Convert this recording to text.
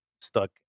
stuck